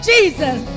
Jesus